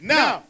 Now